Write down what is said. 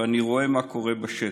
ואני רואה מה קורה בשטח: